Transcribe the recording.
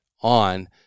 on